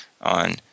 on